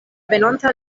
venonta